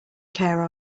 care